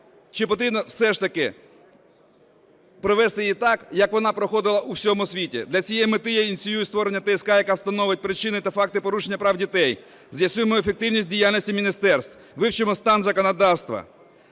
чи потрібно все ж таки провести її так, як вона проходила у всьому світі. Для цієї мети я ініціюю створення ТСК, яка встановить причини та факти порушення прав дітей, з'ясуємо ефективність діяльності міністерств, вивчимо стан законодавства,